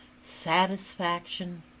satisfaction